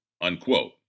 Unquote